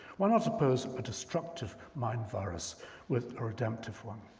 why not oppose a destructive mind virus with a redemptive one?